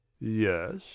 yes